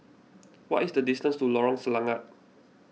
what is the distance to Lorong Selangat